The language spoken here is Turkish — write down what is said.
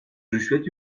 rüşvet